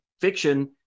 fiction